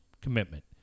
Commitment